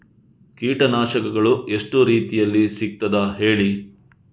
ಕೀಟನಾಶಕಗಳು ಎಷ್ಟು ರೀತಿಯಲ್ಲಿ ಸಿಗ್ತದ ಹೇಳಿ